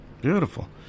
Beautiful